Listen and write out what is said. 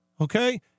Okay